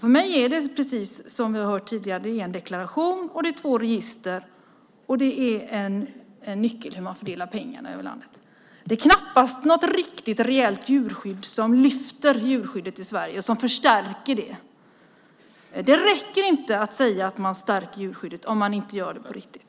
För mig är det, precis som vi har hört tidigare, en deklaration, två register och en nyckel som man fördelar pengarna över landet med. Det är knappast något riktigt, reellt djurskydd som lyfter upp eller förstärker djurskyddet i Sverige. Det räcker inte att säga att man stärker djurskyddet om man inte gör det på riktigt.